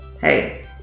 Hey